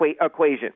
equation